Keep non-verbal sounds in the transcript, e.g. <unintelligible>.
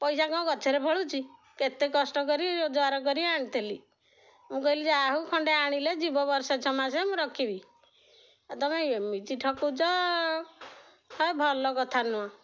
ପଇସା କ'ଣ ଗଛରେ ଫଳୁଛି କେତେ କଷ୍ଟ କରି ରୋଜଗାର କରି ଆଣିଥିଲି ମୁଁ କହିଲି ଯା ହଉ ଖଣ୍ଡେ ଆଣିଲେ ଯିବ ବର୍ଷ ଛଅ ମାସ ମୁଁ ରଖିବି ଆଉ ତମେ ଏମିତି ଠକୁଛ <unintelligible> ଭଲ କଥା ନୁହଁ